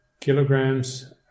kilograms